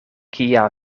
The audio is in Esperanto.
kia